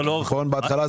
כשהעברת את זה